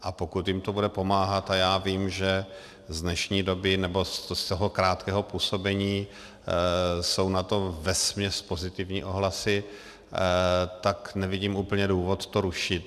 A pokud jim to bude pomáhat, a já vím, že z dnešní doby, nebo z toho krátkého působení jsou na to vesměs pozitivní ohlasy, tak nevidím úplně důvod to rušit.